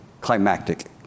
climactic